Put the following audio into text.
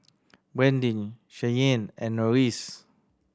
Brandin Cheyenne and Norris